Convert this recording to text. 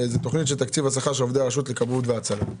זאת תכנית של תקציב השכר של עובדי הרשות לכבאות והצלה.